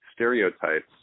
Stereotypes